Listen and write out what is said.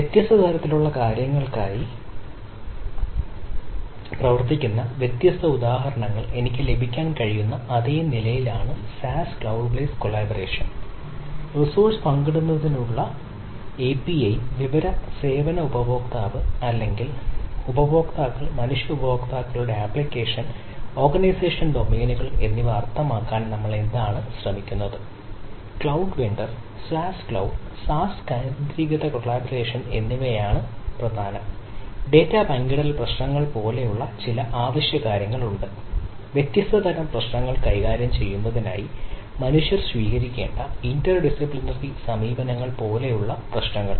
വ്യത്യസ്ത തരത്തിലുള്ള കാര്യങ്ങൾക്കായി പ്രവർത്തിക്കുന്ന വ്യത്യസ്ത ഉദാഹരണങ്ങൾ എനിക്ക് ലഭിക്കാൻ കഴിയുന്ന അതേ ആപ്ലിക്കേഷൻ നിലയാണ് SaaS ക്ലൌഡ് ബേസ് കൊളാബറേഷൻ സമീപനങ്ങൾ പോലുള്ള പ്രശ്നങ്ങൾ